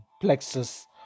plexus